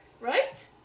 Right